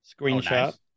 screenshot